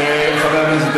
חבר הכנסת